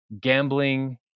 gambling